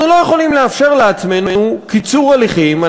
אנחנו לא יכולים לאפשר לעצמנו קיצור הליכים.